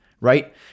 right